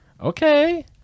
Okay